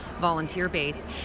volunteer-based